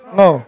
no